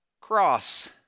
cross